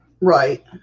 Right